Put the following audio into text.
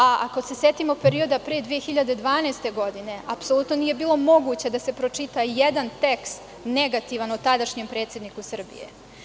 Ako se setimo perioda pre 2012. godine, apsolutno nije bilo moguće da se pročita i jedan negativan tekst o tadašnjem predsedniku Srbije.